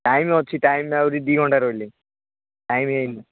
time ଅଛି time ଆହୁରି ଦୁଇ ଘଣ୍ଟା ରହିଲାଣି ଟାଇମ୍ ହୋଇନି